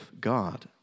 God